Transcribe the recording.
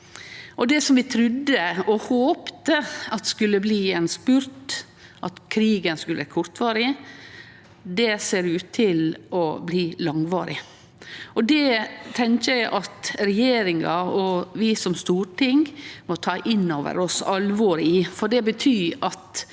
som vi trudde og håpte at skulle bli ein spurt – at krigen skulle vere kortvarig – ser ut til å bli langvarig. Det tenkjer eg at regjeringa og vi som storting må ta inn over oss alvoret i, for det betyr at